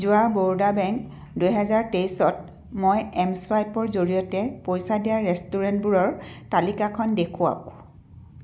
যোৱা বৰোদা বেংক দুহেজাৰ বাইছত মই এম চুৱাইপৰ জৰিয়তে পইচা দিয়া ৰেষ্টুৰেণ্টবোৰৰ তালিকাখন দেখুৱাওক